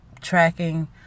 tracking